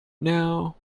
now